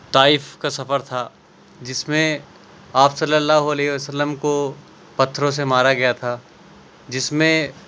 طائف کا سفر تھا جس میں آپ صلی اللہ علیہ وسلم کو پتھروں سے مارا گیا تھا جس میں